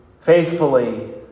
faithfully